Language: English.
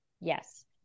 Yes